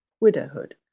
widowhood